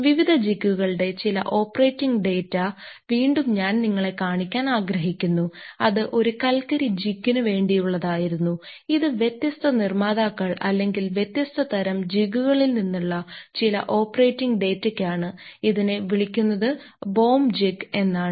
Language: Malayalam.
വിവിധ ജിഗ്ഗുകളുടെ ചില ഓപ്പറേറ്റിംഗ് ഡാറ്റ വീണ്ടും ഞാൻ നിങ്ങളെ കാണിക്കാൻ ആഗ്രഹിക്കുന്നു അത് ഒരു കൽക്കരി ജിഗ്ഗിന് വേണ്ടിയുള്ളതായിരുന്നു ഇത് വ്യത്യസ്ത നിർമ്മാതാക്കൾ അല്ലെങ്കിൽ വ്യത്യസ്ത തരം ജിഗുകളിൽ നിന്നുള്ള ചില ഓപ്പറേറ്റിംഗ് ഡാറ്റയ്ക്കാണ് ഇതിനെ വിളിക്കുന്നത് ബോം ജിഗ് എന്നാണ്